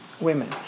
women